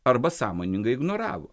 arba sąmoningai ignoravo